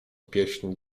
pieśń